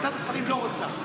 ועדת השרים לא רוצה.